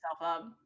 up